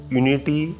unity